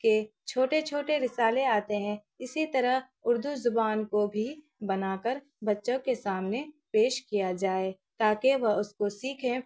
کے چھوٹے چھوٹے رسالے آتے ہیں اسی طرح اردو زبان کو بھی بنا کر بچوں کے سامنے پیش کیا جائے تاکہ وہ اس کو سیکھیں